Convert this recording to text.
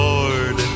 Lord